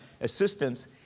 assistance